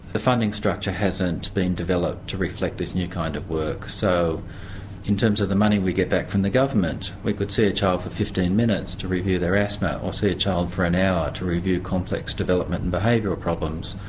the funding structure hasn't been developed to reflect this new kind of work so in terms of the money we get back from the government we could see a child for fifteen minutes to review their asthma or see a child for an hour to review complex development and behavioural problems,